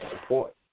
support